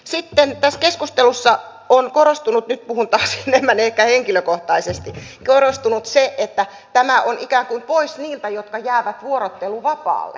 sitten tässä keskustelussa on korostunut nyt puhun taas enemmän ehkä henkilökohtaisesti se että tämä on ikään kuin pois niiltä jotka jäävät vuorotteluvapaalle